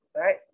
right